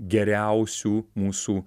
geriausių mūsų